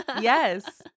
yes